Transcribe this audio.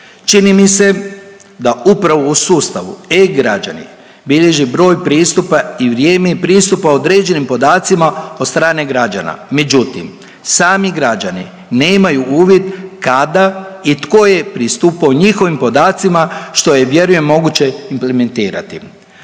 Čini mi se da upravo u sustavu e-građani bilježi broj pristupa i vrijeme pristupa određenim podacima od strane građana, međutim sami građani nemaju uvid kada i tko je pristupao njihovim podacima, što je vjerujem moguće implementirati.